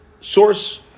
source